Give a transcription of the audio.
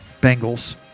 Bengals